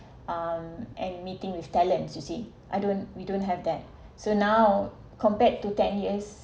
um and meeting with talents you see I don't we don't have that so now compared to ten years